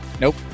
Nope